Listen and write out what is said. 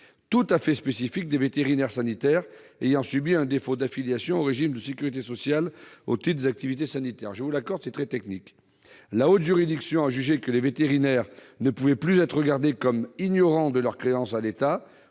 tout à fait spécifique des vétérinaires sanitaires ayant subi un défaut d'affiliation au régime de sécurité sociale au titre des activités sanitaires- je vous accorde qu'il s'agit là d'un sujet très technique. La Haute juridiction a jugé que les vétérinaires ne pouvaient plus être regardés comme ignorants de leurs créances à l'État